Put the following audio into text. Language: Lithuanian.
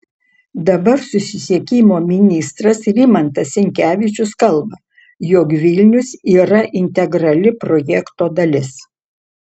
dabar susisiekimo ministras rimantas sinkevičius kalba jog vilnius yra integrali projekto dalis